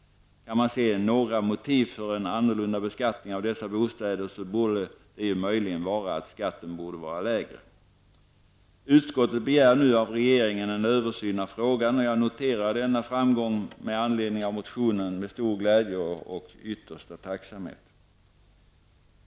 Ett motiv för en annorlunda beskattning av dessa bostäder kunde möjligen vara att skatten borde vara lägre. Utskottet begär nu av regeringen en översyn av frågan, och jag noterar denna framgång med anledning av motionen med stor glädje och yttersta tacksamhet.